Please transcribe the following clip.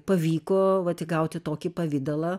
pavyko tik gauti tokį pavidalą